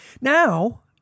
Now